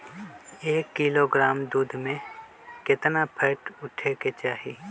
एक किलोग्राम दूध में केतना फैट उठे के चाही?